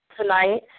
tonight